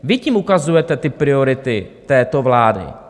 Vy tím ukazujete ty priority této vlády.